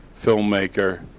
filmmaker